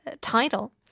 title